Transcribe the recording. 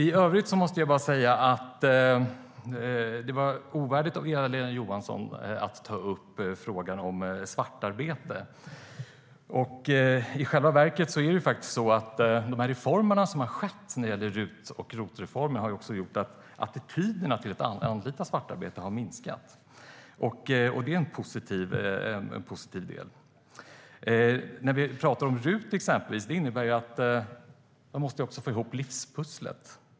I övrigt måste jag bara säga att det var ovärdigt av Eva-Lena Jansson att ta upp frågan om svartarbete. I själva verket är det nämligen så att RUT och ROT-reformerna har gjort att attityderna till att anlita svart arbetskraft har förändrats, och det är en positiv del. När vi pratar om RUT handlar det om att man måste få ihop livspusslet.